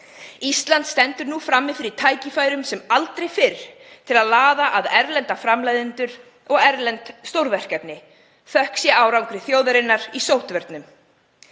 Ísland stendur nú frammi fyrir tækifærum sem aldrei fyrr til að laða að erlenda framleiðendur og erlend stórverkefni, þökk sé árangri þjóðarinnar í sóttvörnum.